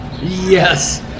Yes